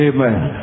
Amen